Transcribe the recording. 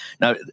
Now